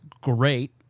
great